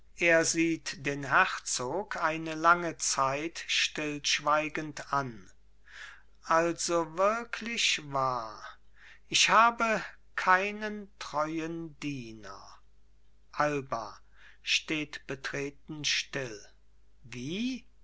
er sieht den herzog eine lange zeit stillschweigend an also wirklich wahr ich habe keinen treuen diener alba steht betreten still wie